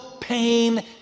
pain